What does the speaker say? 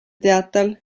teatel